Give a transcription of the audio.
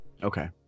Okay